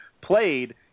played